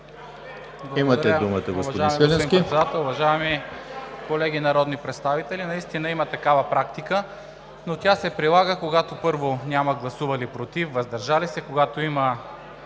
Имате думата, господин Свиленски!